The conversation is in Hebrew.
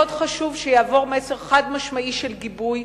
מאוד חשוב שיעבור מסר חד-משמעי של גיבוי.